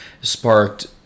sparked